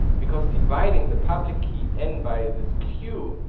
because dividing the public key n by this q,